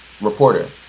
reporter